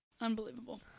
unbelievable